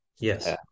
Yes